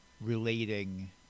relating